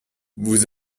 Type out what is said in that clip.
vous